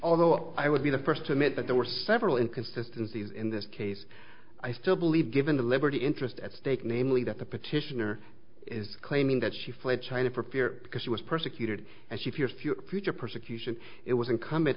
although i would be the first to admit that there were several inconsistency in this case i still believe given the liberty interest at stake namely that the petitioner is claiming that she fled china for fear because she was persecuted and she fears few future persecution it was